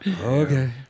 Okay